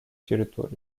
территорию